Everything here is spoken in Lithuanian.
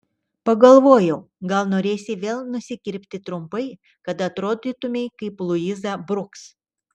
pagalvojau gal norėsi vėl nusikirpti trumpai kad atrodytumei kaip luiza bruks